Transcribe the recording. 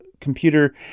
computer